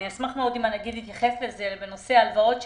אני אשמח מאוד אם הנגיד יתייחס לנושא הלוואות שניתנו,